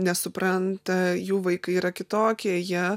nesupranta jų vaikai yra kitokie jie